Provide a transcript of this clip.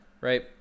Right